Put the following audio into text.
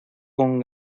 con